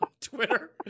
Twitter